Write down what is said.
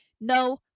No